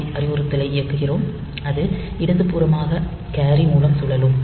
C அறிவுறுத்தலை இயக்குகிறோம் அது இடதுபுறமாக கேரி மூலம் சுழலும்